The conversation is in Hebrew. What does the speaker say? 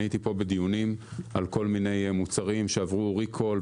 אני הייתי פה בדיונים על כל מיני מוצרים שעברו ריקול,